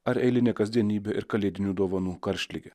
ar eilinė kasdienybė ir kalėdinių dovanų karštligė